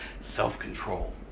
self-control